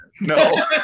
No